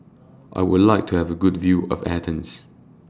I Would like to Have A Good View of Athens